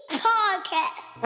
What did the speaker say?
podcast